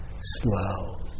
slow